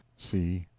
c.